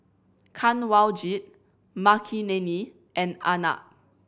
Kanwaljit Makineni and Arnab